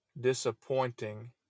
disappointing